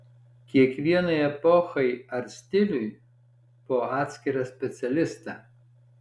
kiekvienai epochai ar stiliui po atskirą specialistą